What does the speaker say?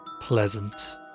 pleasant